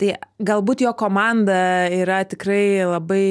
tai galbūt jo komanda yra tikrai labai